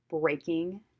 breaking